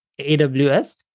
AWS